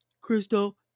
crystal